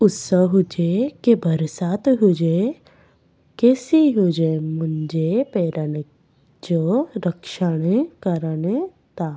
उस हुजे की बरसाति हुजे के सीउ हुजे मुंहिंजे पेरनि जो रक्षण करनि था